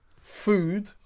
food